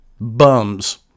bums